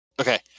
Okay